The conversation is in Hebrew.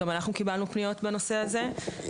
גם אנחנו קיבלנו פניות בנושא הזה.